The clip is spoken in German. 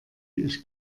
ich